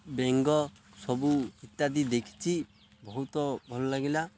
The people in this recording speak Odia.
ବେଙ୍ଗ ସବୁ ଇତ୍ୟାଦି ଦେଖିଛି ବହୁତ ଭଲ ଲାଗିଲା